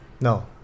no